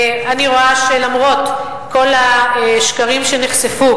אני רואה שלמרות כל השקרים שנחשפו,